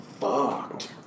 fucked